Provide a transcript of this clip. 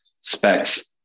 specs